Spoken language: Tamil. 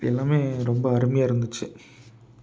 எல்லாமே ரொம்ப அருமையாக இருந்துச்சு